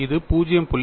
இது 0